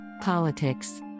Politics